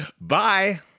Bye